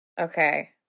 Okay